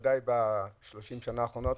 ודאי בשלושים השנה האחרונות,